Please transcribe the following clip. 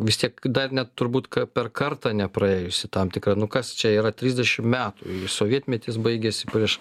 vis tiek dar net turbūt per kartą nepraėjusi tam tikrą nu kas čia yra trisdešim metų sovietmetis baigėsi prieš